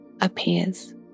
appears